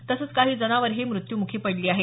तसंच काही जनावरेही मृत्यूमुखी पडली आहेत